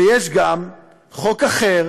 ויש גם חוק אחר